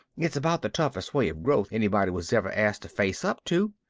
it's about the toughest way of growth anybody was ever asked to face up to,